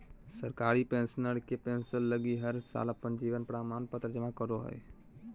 सरकारी पेंशनर के पेंसन लगी हर साल अपन जीवन प्रमाण पत्र जमा करो हइ